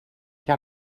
que